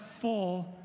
full